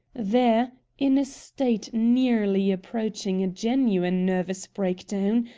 there, in a state nearly approaching a genuine nervous breakdown,